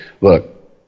look